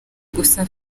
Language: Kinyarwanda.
gusa